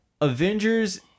Avengers